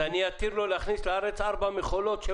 אני אתיר לו להכניס לארץ 4 מכולות של